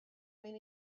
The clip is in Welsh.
mwyn